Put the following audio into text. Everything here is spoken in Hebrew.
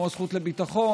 כמו הזכות לביטחון,